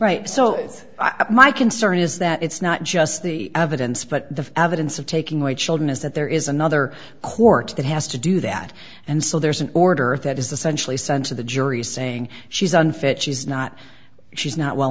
right so my concern is that it's not just the evidence but the evidence of taking my children is that there is another court that has to do that and so there's an order that is essential a sense of the jury saying she's unfit she's not she's not well